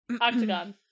Octagon